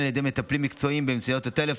אם על ידי מטפלים מקצועיים באמצעות הטלפון,